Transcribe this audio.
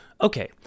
Okay